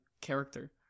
character